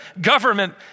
government